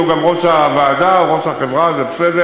הוא גם ראש הוועדה, הוא ראש החברה, זה בסדר.